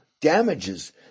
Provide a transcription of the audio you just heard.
damages